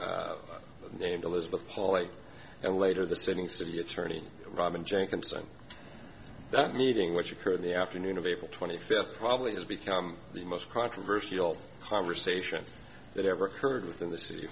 named elizabeth poly and later the sitting city attorney robin jenkinson that meeting which occurred in the afternoon of april twenty fifth probably has become the most controversial conversation that ever occurred within the city